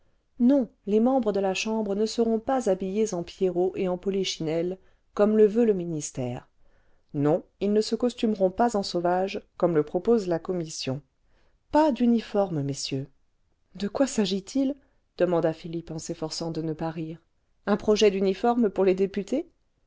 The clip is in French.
non les membres de la chambre ne seront pas habillés en pierrots et en polichinelles comme le veut le ministère non ils ne se costumeront pas en sauvages comme le propose la commission pas d'uniforme messieurs de quoi s'agit-il demanda philippe en s'efforcant de ne pas rire un projet d'uniforme pour les députés